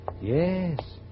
Yes